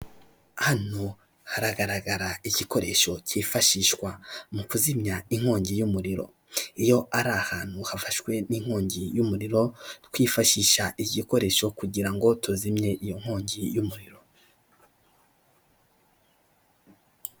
Hano haragaragara igikoresho cyifashishwa mu kuzimya inkongi y'umuriro, iyo ari ahantu hafashwe n'inkongi y'umuriro twifashisha igikoresho kugira ngo tuzimye iyo nkongi y'umuriro.